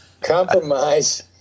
Compromise